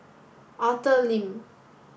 Arthur Lim